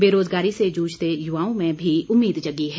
बेरोजगारी से जूझते युवाओं में भी उम्मीद जगी है